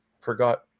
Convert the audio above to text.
forgot